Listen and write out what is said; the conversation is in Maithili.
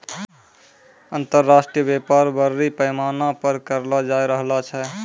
अन्तर्राष्ट्रिय व्यापार बरड़ी पैमाना पर करलो जाय रहलो छै